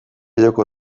joko